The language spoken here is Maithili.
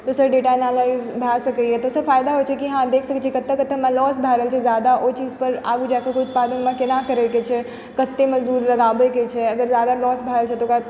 दोसर एनालिटिक्स भए सकै यऽ दोसर फायदा होइ छै कि हँ देख सकै छियै कतऽ कतऽ हमरा लोस भए रहल छै जादा ओ चीज पर आगू जए कऽ ओकर उत्पादन हमरा केना करै के छै कते मजदूर लगाबै के छै अगर जादा लोस भए रहल छै तऽ ओकरा